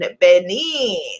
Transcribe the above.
Benin